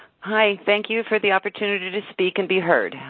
hi. thank you for the opportunity to speak and be heard.